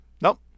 Nope